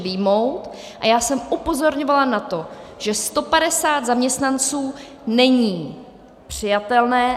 A já jsem upozorňovala na to, že 150 zaměstnanců není přijatelné.